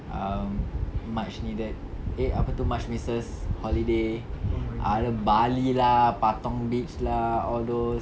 um much needed eh apa tu much misses holiday either bali lah patong beach lah all those